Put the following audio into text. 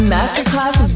Masterclass